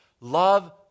love